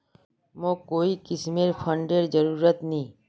मोक कोई किस्मेर फंडेर जरूरत नी